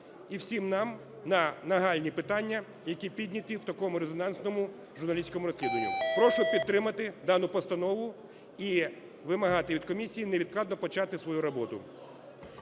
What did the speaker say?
і всім нам на нагальні питання, які підняті в такому резонансному журналістському розслідуванні. Прошу підтримати дану постанову і вимагати від комісії невідкладно почати свою роботу.